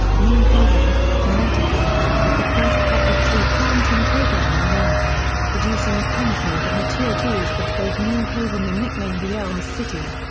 new haven, connecticut, had the first public tree planting program in america, producing a canopy of mature trees that gave new haven the nickname the elm city.